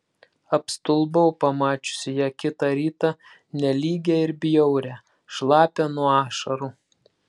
apstulbau pamačiusi ją kitą rytą nelygią ir bjaurią šlapią nuo ašarų